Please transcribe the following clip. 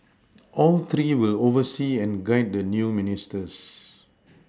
all three will oversee and guide the new Ministers